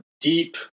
deep